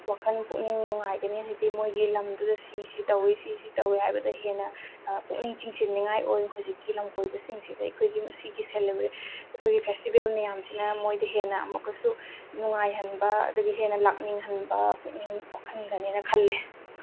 ꯋꯥꯈꯟ ꯄꯨꯛꯅꯤꯡ ꯅꯨꯡꯉꯥꯏꯒꯅꯤ ꯍꯥꯏꯗꯤ ꯃꯣꯏꯒꯤ ꯂꯝꯗꯨꯗ ꯁꯤ ꯁꯤ ꯇꯧꯋꯤ ꯁꯤ ꯁꯤ ꯇꯧꯋꯤ ꯍꯥꯏꯕꯗ ꯍꯦꯟꯅ ꯄꯨꯛꯅꯤꯡ ꯆꯤꯡꯁꯤꯟꯅꯤꯉꯥꯏ ꯑꯣꯏ ꯍꯧꯖꯤꯛꯀꯤ ꯂꯝꯀꯣꯏꯕꯁꯤꯡꯁꯤꯗ ꯑꯩꯈꯣꯏꯒꯤ ꯃꯁꯤꯒꯤ ꯁꯦꯂꯦꯕ꯭ꯔꯦꯠ ꯑꯩꯈꯣꯏꯒꯤ ꯐꯦꯁꯇꯤꯚꯦꯜ ꯃꯌꯥꯝꯁꯤꯅ ꯃꯣꯏꯗ ꯍꯦꯟꯅ ꯑꯃꯛꯀꯁꯨ ꯅꯨꯡꯉꯥꯏꯍꯟꯕ ꯑꯗꯨꯒ ꯍꯦꯟꯅ ꯂꯥꯛꯅꯤꯡꯍꯟꯕ ꯄꯨꯛꯅꯤꯡ ꯄꯣꯛꯍꯟꯒꯅꯤꯅ ꯈꯜꯂꯦ